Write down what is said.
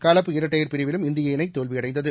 கலப்பு இரட்டையர் பிரிவிலும் இந்திய இணைதோல்வியடைந்தது